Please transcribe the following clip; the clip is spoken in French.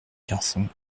garçon